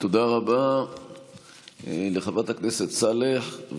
תודה רבה לחברת הכנסת סלאח.